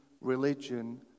religion